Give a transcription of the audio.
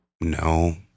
no